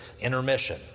intermission